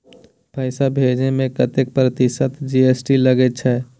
पैसा भेजै में कतेक प्रतिसत जी.एस.टी लगे छै?